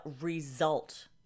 result